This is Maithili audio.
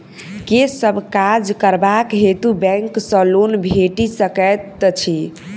केँ सब काज करबाक हेतु बैंक सँ लोन भेटि सकैत अछि?